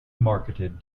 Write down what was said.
marketed